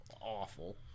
Awful